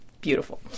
beautiful